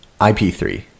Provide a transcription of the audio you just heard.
IP3